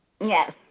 Yes